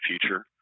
future